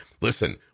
listen –